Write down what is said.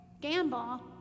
Gamble